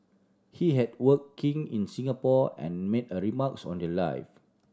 he had working in Singapore and made a remarks on their live